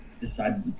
decided